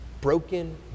broken